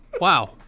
wow